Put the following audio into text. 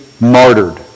martyred